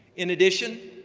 in addition,